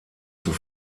zur